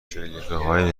جلیقههای